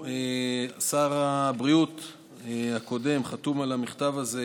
שר הבריאות הקודם חתום על המכתב הזה,